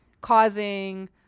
causing